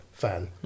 fan